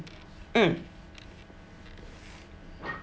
( mm